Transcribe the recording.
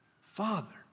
Father